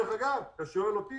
אם אתה שואל אותי,